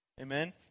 Amen